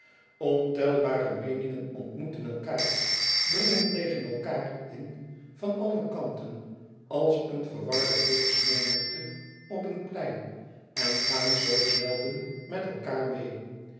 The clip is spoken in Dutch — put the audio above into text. ontelbare meeningen ontmoeten elkaâr dringen tegen elkaâr in van alle kanten als een verwarde volksmenigte op een plein en gaan zoo zelden met elkaâr meê